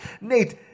Nate